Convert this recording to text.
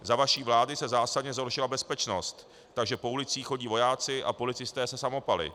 Za vaší vlády se zásadně zhoršila bezpečnost, takže po ulicích chodí vojáci a policisté se samopaly.